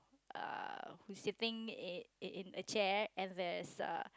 uh who sitting in in a chair and there is a